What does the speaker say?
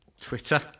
Twitter